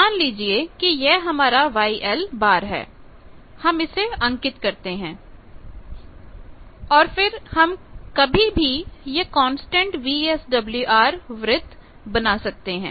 मान लीजिए कि यह हमारा YL है हम इसे अंकित करते हैं और फिर हम कभी भी यह कांस्टेंट VSWR वृत्त बना सकते हैं